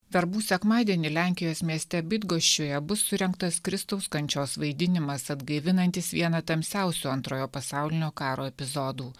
verbų sekmadienį lenkijos mieste bydgoščiuje bus surengtas kristaus kančios vaidinimas atgaivinantis vieną tamsiausių antrojo pasaulinio karo epizodų